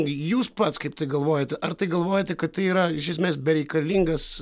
jūs pats kaip tai galvojate ar tai galvojate kad tai yra iš esmės bereikalingas